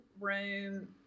room